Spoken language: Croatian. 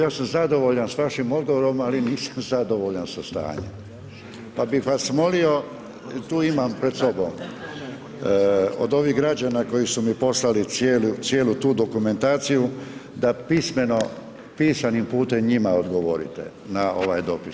Ja sam zadovoljan sa vašim odgovorom ali nisam zadovoljan sa stanjem, pa bi vas molio, tu imam pred sobom, od ovih građana, koji su mi poslali cijelu tu dokumentaciju da pismeno, pisanim putem njima odgovorite, na ovaj dopis.